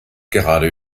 gerade